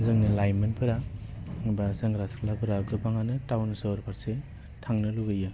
जोंनि लाइमोनफोरा बा सेंग्रा सिख्लाफ्रा गोबाङानो टाउन सहर फारसे थांनो लुगैयो